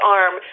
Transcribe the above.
arm